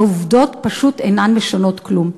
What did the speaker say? העובדות פשוט אינן משנות כלום.